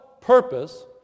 purpose